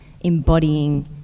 embodying